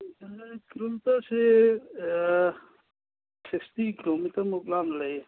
ꯑꯗꯨꯝ ꯀꯤꯂꯣꯃꯤꯇꯔꯁꯤ ꯁꯤꯛꯁꯇꯤ ꯀꯤꯂꯣꯃꯤꯇꯔꯃꯨꯛ ꯂꯥꯞꯅ ꯂꯩꯌꯦ